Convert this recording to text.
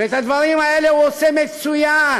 ואת הדברים האלה הוא עושה מצוין.